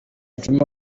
djuma